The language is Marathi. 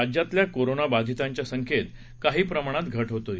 राज्यातल्या कोरोनाबाधितांच्या संख्येत काही प्रमाणात घट होत होती